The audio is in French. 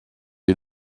est